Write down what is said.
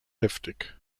heftig